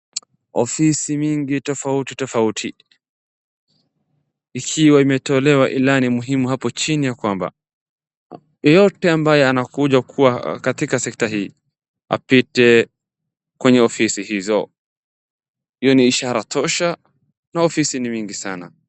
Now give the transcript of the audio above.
Ofisi mingi tofauti tofauti, ikiwa imetolewa ilani muhimu hapo chini ya kwamba, yeyeto ambaye anakuja kuwa katika sekta hii apite kwenye ofisi hizo, hiyo ni ishara tosha na ofisi ni mingi sana.